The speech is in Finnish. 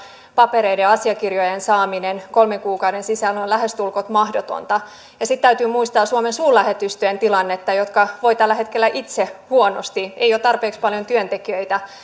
papereiden ja asiakirjojen saaminen kolmen kuukauden sisään on lähestulkoon mahdotonta ja sitten täytyy muistaa suomen suurlähetystöjen tilanne ne voivat tällä hetkellä itse huonosti ei ole tarpeeksi paljon työntekijöitä